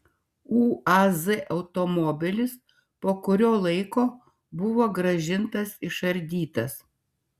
uaz automobilis po kurio laiko buvo grąžintas išardytas